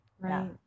right